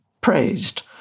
praised